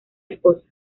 esposa